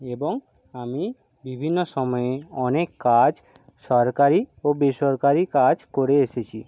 এবং আমি বিভিন্ন সময়ে অনেক কাজ সরকারি ও বেসরকারি কাজ করে এসেছি